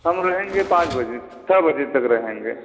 हम रहेंगे पाँच बजे छ बजे तक रहेंगे